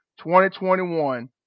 2021